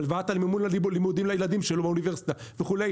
הלוואת המימון ללימודים לילדים שלו באוניברסיטה וכו',